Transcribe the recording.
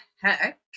heck